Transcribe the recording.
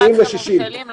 אנחנו מגיעים ל-60 אחוזים.